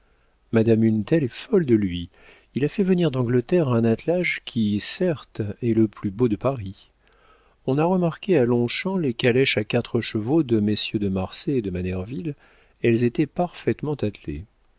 madame une telle est folle de lui il a fait venir d'angleterre un attelage qui certes est le plus beau de paris on a remarqué à longchamps les calèches à quatre chevaux de messieurs de marsay et de manerville elles étaient parfaitement attelées